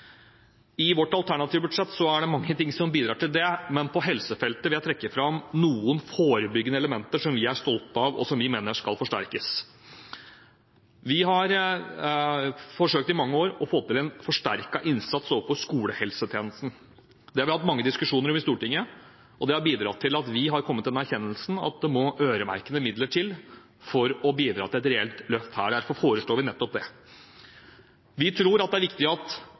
I vårt alternative budsjett er det mange ting som bidrar til det, men på helsefeltet vil jeg trekke fram noen forebyggende elementer vi er stolte av, og mener skal forsterkes. Vi har forsøkt i mange år å få til en forsterket innsats overfor skolehelsetjenesten. Det har vi hatt mange diskusjoner om i Stortinget, og det har bidratt til at vi har kommet til den erkjennelse at det må øremerkede midler til for å bidra til et reelt løft her. Derfor foreslår vi nettopp det. Vi tror det er viktig at